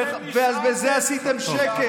בזה עשיתם שקר.